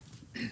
בבקשה.